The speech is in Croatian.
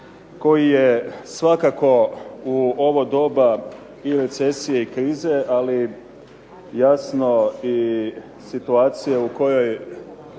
koji je svakako u ovo doba i recesije i krize ali i jasno i situacije u kojoj